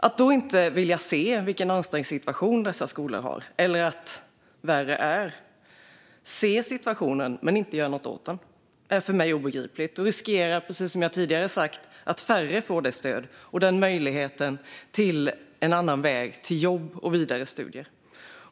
Att då inte vilja se vilken ansträngd situation dessa skolor har eller, ännu värre, se situationen men inte göra något åt den är för mig obegripligt och riskerar, precis som jag tidigare har sagt, att färre får stöd och möjlighet till en annan väg till jobb och vidare studier.